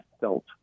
felt